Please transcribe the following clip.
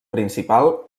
principal